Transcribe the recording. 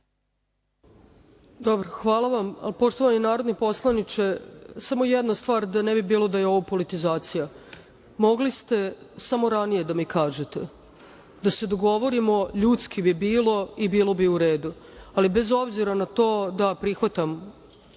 Hvala vam. Poštovani narodni poslaniče, samo jedna stvar, da ne bi bilo da je ovo politizacija, mogli ste samo ranije da mi kažete, da se dogovorimo. Ljudski bi bilo i bilo bi u redu, ali bez obzira na to, da, prihvatam